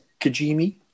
Kajimi